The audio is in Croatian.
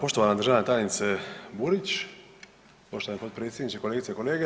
Poštovana državna tajnice Burić, poštovani potpredsjedniče, kolegice i kolege.